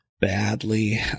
Badly